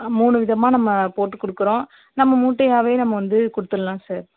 மூணு விதமாக நம்ம போட்டு கொடுக்குறோம் நம்ம மூட்டையாகவே நம்ம வந்து கொடுத்துட்லாம் சார்